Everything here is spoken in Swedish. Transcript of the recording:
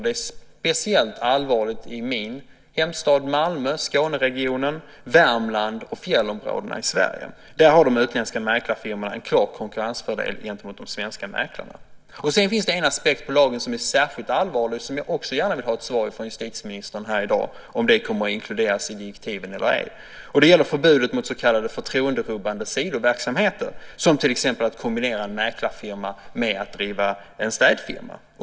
Det är speciellt allvarligt i min hemstad Malmö, Skåneregionen, Värmland och fjällområdena i Sverige. Där har de utländska mäklarfirmorna en klar konkurrensfördel gentemot de svenska mäklarna. Det finns vidare en aspekt på lagen som är särskilt allvarlig, och jag vill gärna få ett svar från justitieministern här i dag på frågan om den kommer att inkluderas i direktiven eller ej. Det gäller förbudet mot så kallade förtroenderubbande sidoverksamheter, som till exempel att kombinera en mäklarfirma med att driva en städfirma.